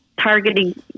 targeting